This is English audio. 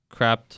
crapped